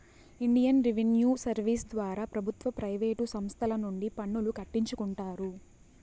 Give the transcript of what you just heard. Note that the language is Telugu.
ఇండియన్ రెవిన్యూ సర్వీస్ ద్వారా ప్రభుత్వ ప్రైవేటు సంస్తల నుండి పన్నులు కట్టించుకుంటారు